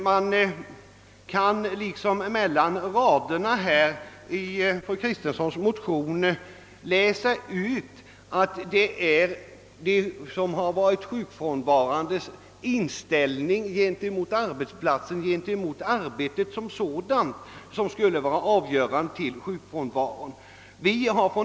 Man kan mellan raderna i motionen läsa ut att de sjukfrånvarandes inställning gentemot arbetsplatsen och arbetet som sådant skulle vara avgörande för sjukfrånvaron.